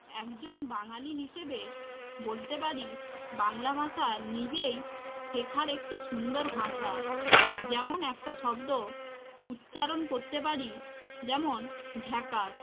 একজন বাঙালি হিসেবে বলতে পারি বাংলা ভাষা নিজেই শেখার একটি সুন্দর ভাষা যেমন একটা শব্দ উচ্চারণ করতে পারি যেমন ঝাকাস